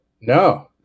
No